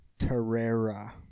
Terrera